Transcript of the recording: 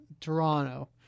Toronto